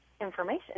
information